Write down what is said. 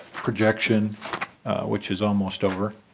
projection which is almost over